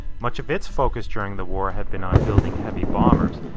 much of its focus during the war had been on building heavy bombers.